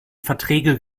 verträge